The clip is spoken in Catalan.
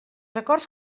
acords